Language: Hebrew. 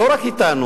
לא רק אתנו,